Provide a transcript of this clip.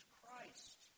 Christ